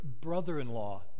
brother-in-law